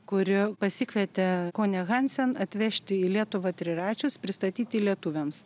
kuri pasikvietė kone hansen atvežti į lietuvą triračius pristatyti lietuviams